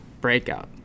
Breakout